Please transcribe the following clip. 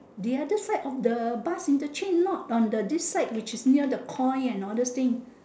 the other side of the bus interchange not on the this side which is near the koi and all those thing